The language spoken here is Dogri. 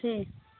ठीक